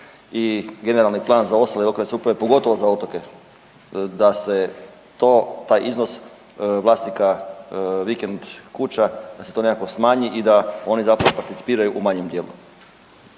i generalni plan za ostale …/Govornik se ne razumije/…pogotovo za otoke da se taj iznos vlasnika vikend kuća da se to nekako smanji i da oni zapravo participiraju u manjem dijelu?